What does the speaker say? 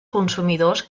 consumidors